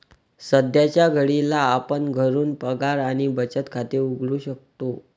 सध्याच्या घडीला आपण घरून पगार आणि बचत खाते उघडू शकतो